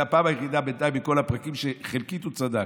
זו הפעם היחידה בינתיים מכל הפרקים שהוא חלקית צדק.